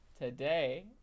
today